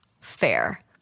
Fair